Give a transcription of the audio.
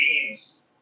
teams